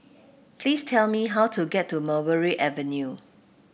please tell me how to get to Mulberry Avenue